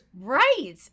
Right